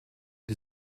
die